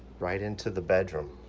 right into the bedroom.